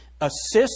assist